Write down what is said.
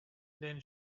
then